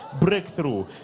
breakthrough